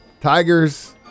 Tigers